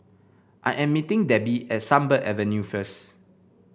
I am meeting Debbi at Sunbird Avenue first